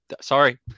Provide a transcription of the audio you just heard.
sorry